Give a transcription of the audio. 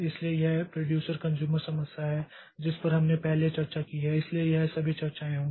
इसलिए यह producer consumer समस्या है जिस पर हमने पहले चर्चा की है इसलिए यह सभी चर्चाएँ होंगी